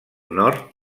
nord